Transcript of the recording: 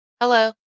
Hello